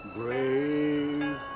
Brave